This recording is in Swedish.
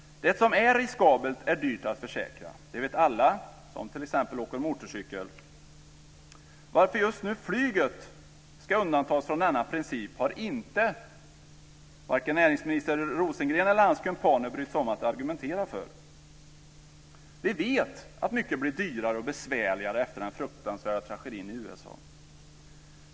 Det som är riskabelt är dyrt att försäkra. Det vet alla som t.ex. åker motorcykel. Varför just flyget nu ska undantas från denna princip har inte vare sig näringsminister Rosengren eller hans kumpaner brytt sig om att argumentera för. Vi vet att mycket blir dyrare och besvärligare efter den fruktansvärda tragedin i USA.